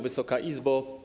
Wysoka Izbo!